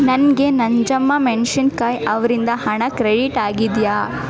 ನನಗೆ ನಂಜಮ್ಮ ಮೆಣಸಿನ್ಕಾಯಿ ಅವರಿಂದ ಹಣ ಕ್ರೆಡಿಟ್ ಆಗಿದೆಯಾ